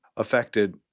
affected